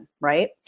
right